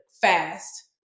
fast